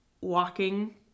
walking